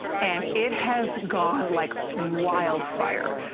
and it has gone like wildfire.